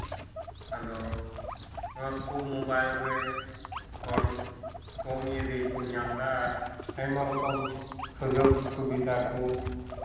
ᱟᱫᱚ ᱱᱚᱣᱟ ᱠᱚ ᱢᱳᱵᱟᱭᱤᱞ ᱨᱮ ᱦᱚᱲ ᱠᱚᱢ ᱤᱭᱟᱹ ᱛᱮᱜᱮ ᱠᱚ ᱧᱟᱢᱫᱟ ᱟᱨ ᱟᱭᱢᱟ ᱨᱚᱠᱚᱢ ᱥᱩᱡᱳᱜᱽ ᱥᱩᱵᱤᱫᱟ ᱠᱚ